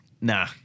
Nah